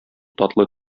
татлы